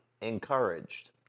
encouraged